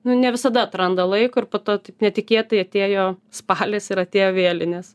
nu ne visada atranda laiko ir po to taip netikėtai atėjo spalis ir atėjo vėlinės